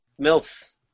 MILFs